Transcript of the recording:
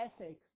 ethic